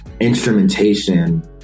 instrumentation